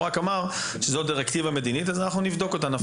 הוא אמר שזאת דירקטיבה מדינית ואנחנו נבדוק אותה.